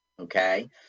Okay